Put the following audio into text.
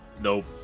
nope